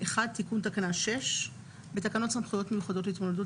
תיקון תקנה 6 בתקנות סמכויות מיוחדות להתמודדות